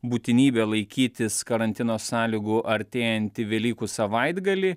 būtinybę laikytis karantino sąlygų artėjantį velykų savaitgalį